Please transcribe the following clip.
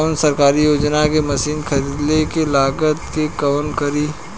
कौन सरकारी योजना मशीन खरीदले के लागत के कवर करीं?